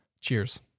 Cheers